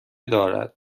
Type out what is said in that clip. دارد